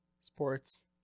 sports